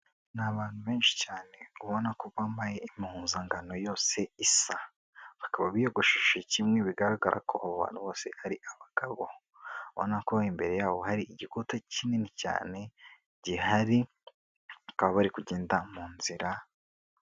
Ni abantu benshi cyane ubona ko bambaye impuzangano yose isa, bakaba biyogoshesha kimwe bigaragara ko abo bantu bose ari abagabo, ubona ko imbere yabo hari igikuta kinini cyane gihari, bakaba bari kugenda mu nzira.